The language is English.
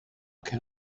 can